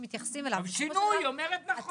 מתייחסים אליו -- שינוי היא אומרת נכון.